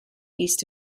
east